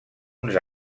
uns